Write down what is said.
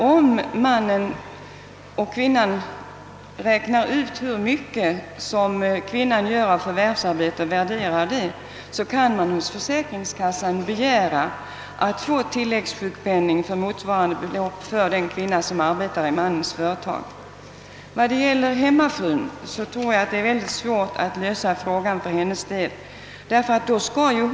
Om mannen och kvinnan värderar kvinnans förvärvsarbete kan kvinnan sedan hos försäkringskassan begära att få tilläggssjukpenning för motsvarande belopp. För den hemarbetande kvinnan tror jag det är mycket svårt att lösa frågan.